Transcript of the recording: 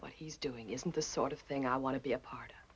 what he's doing isn't the sort of thing i want to be a part